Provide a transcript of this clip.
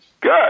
Good